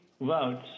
votes